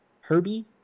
Herbie